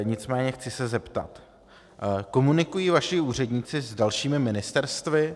Nicméně chci se zeptat: Komunikují vaši úředníci s dalšími ministerstvy?